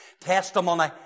testimony